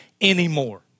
anymore